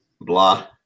Blah